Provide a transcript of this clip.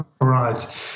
right